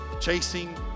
chasing